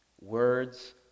words